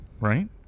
right